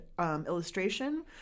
illustration